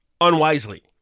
unwisely